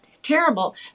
terrible